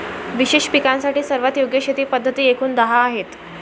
विशेष पिकांसाठी सर्वात योग्य शेती पद्धती एकूण दहा आहेत